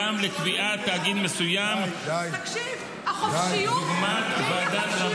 אתה יכול להיות חופשי --- ממש כל אחד.